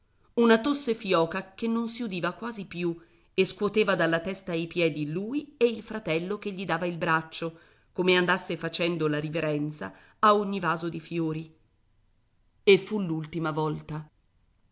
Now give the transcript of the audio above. una tosse fioca che non si udiva quasi più e scuoteva dalla testa ai piedi lui e il fratello che gli dava il braccio come andasse facendo la riverenza a ogni vaso di fiori e fu l'ultima volta